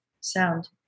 sound